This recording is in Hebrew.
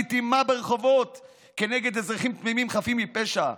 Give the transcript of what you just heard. ולהשליט אימה ברחובות נגד אזרחים תמימים חפים מפשע.